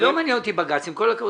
לא מעניין אותי בג"ץ, עם כל הכבוד.